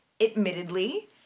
admittedly